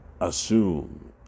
assume